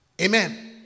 amen